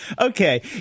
okay